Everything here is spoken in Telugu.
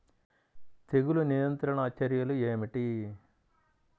తెగులు నియంత్రణ చర్యలు ఏమిటి?